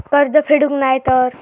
कर्ज फेडूक नाय तर?